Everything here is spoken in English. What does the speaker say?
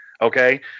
okay